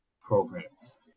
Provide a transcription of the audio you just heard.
programs